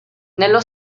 nello